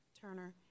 Turner